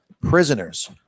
prisoners